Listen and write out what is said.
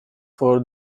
for